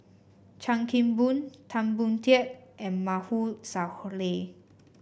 Chan Kim Boon Tan Boon Teik and Maarof Salleh